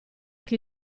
che